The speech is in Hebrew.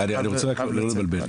אני רוצה רק לא לבלבל.